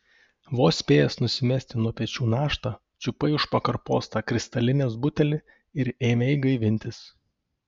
vos spėjęs nusimesti nuo pečių naštą čiupai už pakarpos tą kristalinės butelį ir ėmei gaivintis